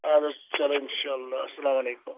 اَہَن حظ چَلو اِنشا اللہ اَسَلامَ علیکُم